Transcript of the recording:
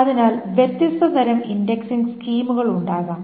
അതിനാൽ വ്യത്യസ്ത തരം ഇൻഡെക്സിംഗ് സ്കീമുകൾ ഉണ്ടാകാം